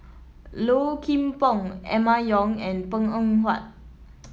Low Kim Pong Emma Yong and Png Eng Huat